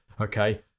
okay